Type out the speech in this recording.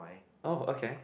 oh okay